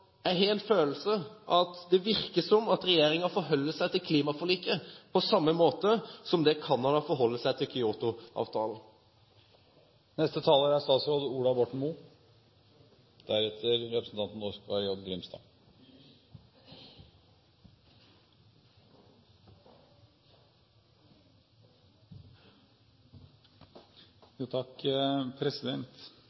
jeg har en følelse av at regjeringen forholder seg til klimaforliket på samme måte som Canada forholder seg til